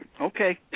Okay